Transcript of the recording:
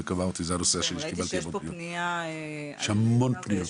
זה הנושא שקיבלתי ממנו יש המון פניות.